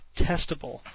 testable